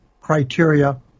criteria